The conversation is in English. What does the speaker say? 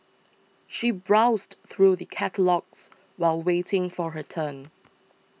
she browsed through the catalogues while waiting for her turn